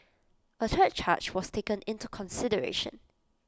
A third charge was taken into consideration